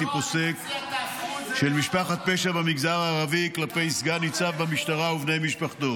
פוסק של משפחת פשע במגזר הערבי כלפי סגן ניצב במשטרה ובני משפחתו.